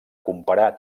comparar